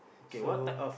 okay what type of